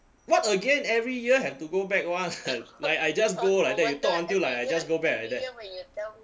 what again every year have to go back [one] like I just go like that you talk until like I just go back like that